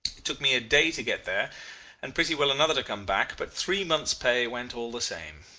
it took me a day to get there and pretty well another to come back but three months' pay went all the same.